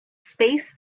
space